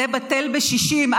זה בטל בשישים,